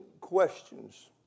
questions